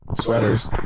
Sweaters